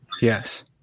Yes